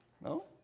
No